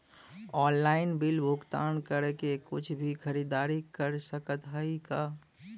Online bill भुगतान करके कुछ भी खरीदारी कर सकत हई का?